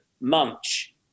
Munch